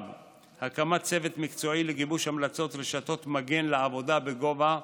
הקמת צוות מקצועי לגיבוש המלצות רשתות מגן לעבודה בגובה,